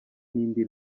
n’indi